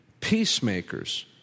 Peacemakers